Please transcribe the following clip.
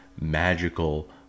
magical